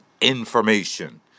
information